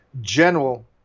general